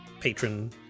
patron